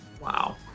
Wow